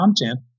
content